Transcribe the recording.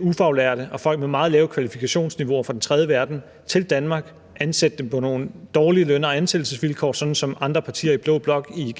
ufaglærte og folk med meget lave kvalifikationsniveauer fra den tredje verden og bringe dem til Danmark og ansætte dem på nogle dårlige løn- og ansættelsesvilkår – sådan som andre partier i blå blok i